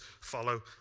follow